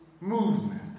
movement